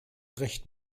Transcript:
recht